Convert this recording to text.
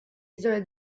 isole